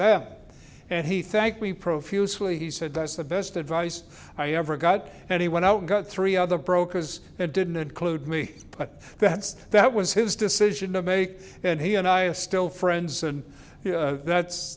them and he thanked me profusely he said that's the best advice i ever got and he went out got three other brokers that didn't include me but that's that was his decision to make and he and i a still friends and that's